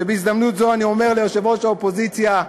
ובהזדמנות זאת אני אומר ליושב-ראש האופוזיציה,